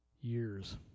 years